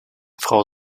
frau